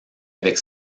avec